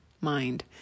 mind